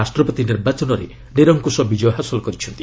ରାଷ୍ଟ୍ରପତି ନିର୍ବାଚନରେ ନିରଙ୍କୁଶ ବିଜୟ ହାସଲ କରିଛନ୍ତି